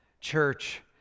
Church